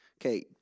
Okay